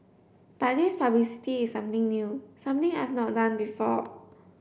but this publicity is something new something I've not done before